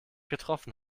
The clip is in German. getroffen